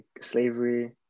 slavery